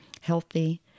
healthy